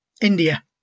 India